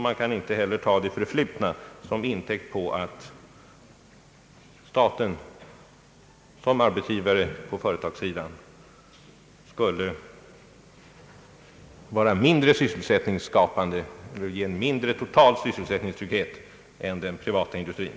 Man kan därför inte ta det förflutna som intäkt för att staten som arbetsgivare på företagssidan skulle ge en mindre total sysselsättningstrygghet än den privata industrin.